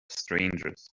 strangers